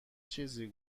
چیزی